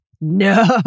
no